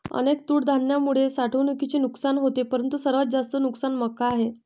अनेक तृणधान्यांमुळे साठवणुकीचे नुकसान होते परंतु सर्वात जास्त नुकसान मका आहे